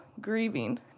grieving